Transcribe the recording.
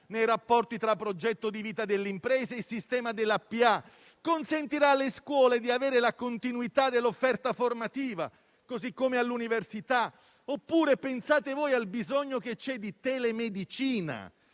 nei rapporti tra progetto di vita dell'impresa e sistema della PA e consentirà alle scuole di avere la continuità dell'offerta formativa, come all'università. Pensate anche al bisogno di telemedicina,